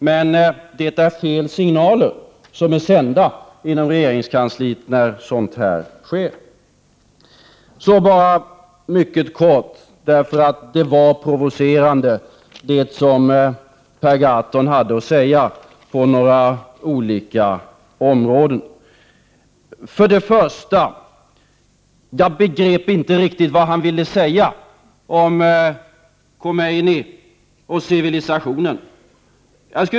Men det är fel signaler som sänds från regeringskansliet när sådant här sker. Det som Per Gahrton hade att säga var provocerande, och jag skall därför bara mycket kortfattat kommentera det. Först och främst begrep jag inte vad han ville säga om Khomeini och civilisationen.